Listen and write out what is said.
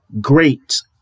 great